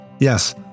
Yes